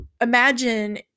imagine